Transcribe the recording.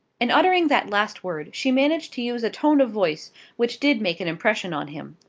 in uttering that last word she managed to use a tone of voice which did make an impression on him.